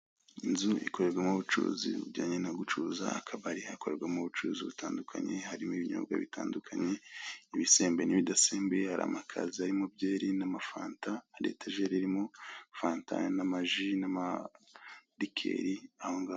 Inzu ikorerwamo ubucuruzi bujyanye no gucuruza akabari, hakorerwamo ubucuruzi butandukanye, harimo ibinyobwa bitandukanye, ibisembuye n'ibidasembuye, hari amakaziye arimo byeri n'amafata, hari etajeri irimo fanta, n'amaji n'amarikeri, ahongaho.